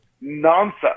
nonsense